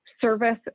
service